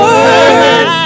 Word